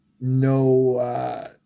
No